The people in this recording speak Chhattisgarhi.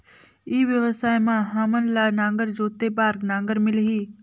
ई व्यवसाय मां हामन ला नागर जोते बार नागर मिलही?